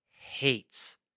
hates